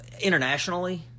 Internationally